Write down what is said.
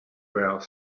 were